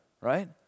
right